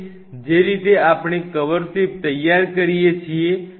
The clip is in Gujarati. અને જે રીતે આપણે કવર સ્લિપ તૈયાર કરીએ છીએ